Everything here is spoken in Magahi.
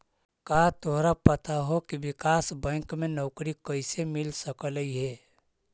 का तोरा पता हो की विकास बैंक में नौकरी कइसे मिल सकलई हे?